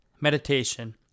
meditation